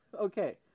Okay